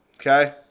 okay